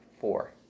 four